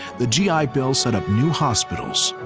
the g i. bill set up new hospitals,